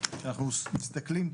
שאנחנו מסתכלים,